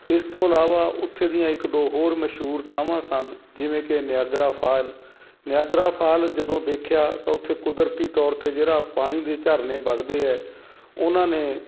ਇਸ ਤੋਂ ਇਲਾਵਾ ਉੱਥੇ ਦੀਆਂ ਇੱਕ ਦੋ ਹੋਰ ਮਸ਼ਹੂਰ ਥਾਵਾਂ ਸਨ ਜਿਵੇਂ ਕਿ ਨਿਆਗਰਾ ਫਾਲ ਨਿਆਗਰਾ ਫਾਲ ਜਦੋਂ ਦੇਖਿਆ ਤਾਂ ਉੱਥੇ ਕੁਦਰਤੀ ਤੌਰ 'ਤੇ ਜਿਹੜਾ ਪਾਣੀ ਦੇ ਝਰਨੇ ਵਗਦੇ ਹੈ ਉਹਨਾਂ ਨੇ